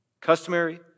Customary